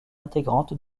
intégrante